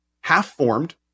half-formed